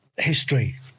History